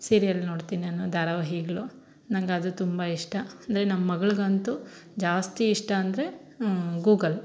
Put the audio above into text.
serial ನೋಡ್ತಿನಿ ನಾನು ಧಾರಾವಾಹಿಗಳು ನನಗದು ತುಂಬ ಇಷ್ಟ ಅಂದರೆ ನಮ್ಮ ಮಗ್ಳಿಗಂತು ಜಾಸ್ತಿ ಇಷ್ಟ ಅಂದರೆ ಗೂಗಲ್